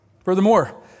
Furthermore